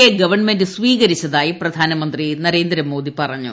A ഗ്ലീവ്യ്മെന്റ് സ്വീകരിച്ചതായി പ്രധാനമന്ത്രി നരേന്ദ്രമോദി പറഞ്ഞു